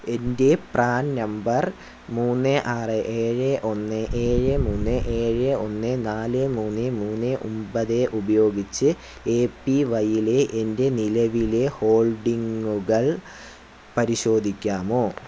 എൻ്റെ PRAN number മൂന്ന് ആറ് ഏഴ് ഒന്ന് ഏഴ് മൂന്ന് ഏഴ് ഒന്ന് നാല് മൂന്ന് മൂന്ന് ഒൻപത് ഉപയോഗിച്ച് എ പി വൈയിലെ എൻ്റെ നിലവിലെ ഹോൾഡിംഗുകൾ പരിശോധിക്കാമോ